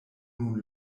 nun